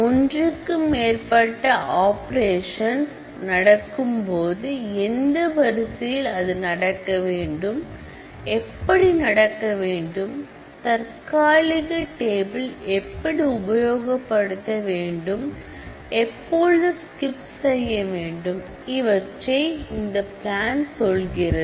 ஒன்றுக்கு மேற்பட்ட ஆபரேஷன்ஸ் நடக்கும்போது எந்த வரிசையில் அது நடக்க வேண்டும் எப்படி நடக்க வேண்டும் தற்காலிக டேபிள் எப்படி உபயோகப்படுத்த வேண்டும் எப்பொழுது ஸ்கிப் செய்யவேண்டும் இவற்றை இந்த பிளான் சொல்கிறது